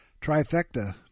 Trifecta